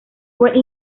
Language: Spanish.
fue